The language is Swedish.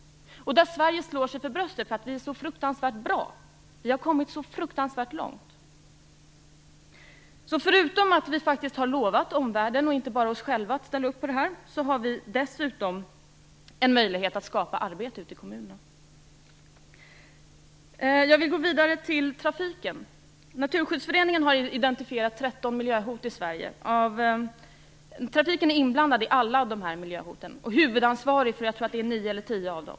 Vi i Sverige slår oss för bröstet för att vi är så bra och för att vi har kommit så långt. Förutom att vi har lovat omvärlden och inte bara oss själva att ställa upp på detta, har vi dessutom en möjlighet att skapa arbete ute i kommunerna. Jag vill gå vidare till trafiken. Naturskyddsföreningen har identifierat 13 miljöhot i Sverige. Trafiken är inblandad i alla dessa miljöhot och huvudansvarig för nio eller tio av dem.